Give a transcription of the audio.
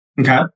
Okay